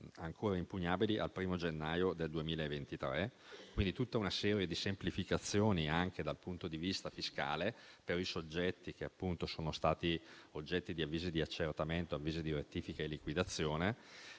ancora impugnabili al primo gennaio 2023. Si tratta di una serie di semplificazioni dal punto di vista fiscale per i soggetti che sono stati oggetto di avvisi di accertamento o di avvisi di rettifica e liquidazione,